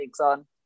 on